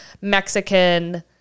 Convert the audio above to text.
mexican